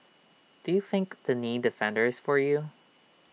do you think the knee defender is for you